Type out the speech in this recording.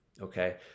okay